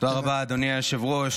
תודה רבה, אדוני היושב-ראש.